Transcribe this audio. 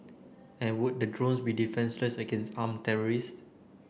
and would the drones be defenceless against armed terrorists